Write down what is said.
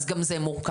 אז גם זה מורכב,